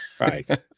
Right